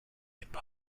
bump